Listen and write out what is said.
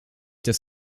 des